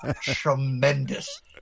tremendous